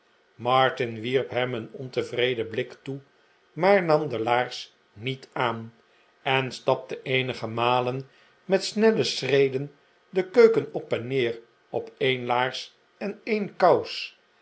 wierp hem een ontevreden blik toe maar nam de laars niet aan en stapte eenige malen met snelle schreden de keuken op en neer op een laars en